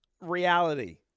reality